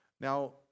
Now